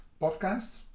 podcasts